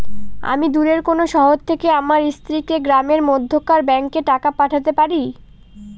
আমি দূরের কোনো শহর থেকে আমার স্ত্রীকে গ্রামের মধ্যেকার ব্যাংকে টাকা পাঠাতে পারি?